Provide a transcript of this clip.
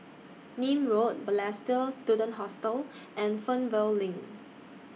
Nim Road Balestier Student Hostel and Fernvale LINK